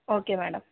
okay madam